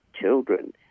children